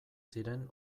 ziren